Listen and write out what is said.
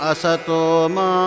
Asatoma